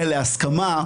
להסכמה,